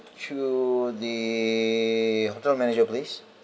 to the hotel manager please